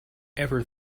ever